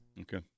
Okay